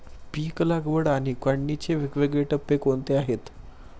पीक लागवड आणि काढणीचे वेगवेगळे टप्पे कोणते आहेत?